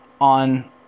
on